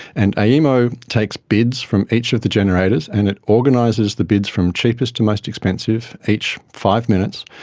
and aemo takes bids from each of the generators and it organises the bids from cheapest to most expensive, each five minutes,